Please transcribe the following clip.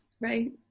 right